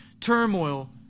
turmoil